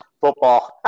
football